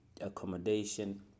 accommodation